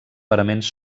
paraments